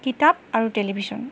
কিতাপ আৰু টেলিভিশ্যন